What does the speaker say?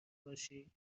باشی